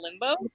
limbo